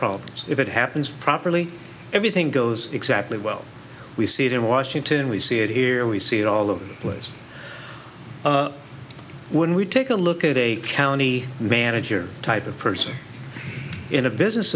problems if it happens properly everything goes exactly well we see it in washington we see it here we see it all the place when we take a look at a county manager type of person in a business